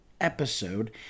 episode